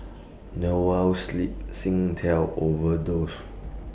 Noa Sleep Singtel Overdose